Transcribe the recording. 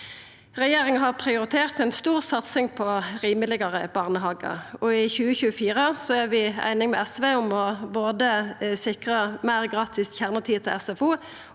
Regjeringa har prioritert ei stor satsing på rimelegare barnehagar, og i 2024 er vi einige med SV om både å sikra meir gratis kjernetid i SFO